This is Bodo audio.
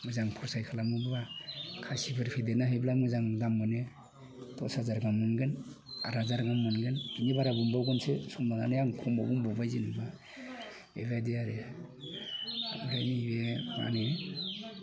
मोजां फस्थाय खालामोब्ला खासिफोर हायोब्ला मोजां मोजां दाम मोनो दस हाजार गाहाम मोनगोन आद हाजार गाहाम मोनगोन इनि बारा मोनबावगोनसो समाव आं खमाव बुंबावबाय जेनेबा एबायदि आरो ओमफ्राय नैबे मा होनो